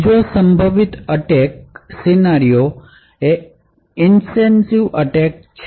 બીજો સંભવિત attack scenario invasive અટેકના કારણે છે